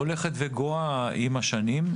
הולכת וגואה עם השנים.